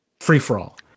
free-for-all